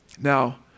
Now